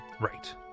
right